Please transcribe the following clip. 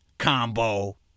Combo